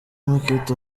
market